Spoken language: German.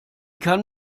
kann